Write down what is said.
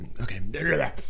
okay